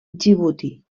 djibouti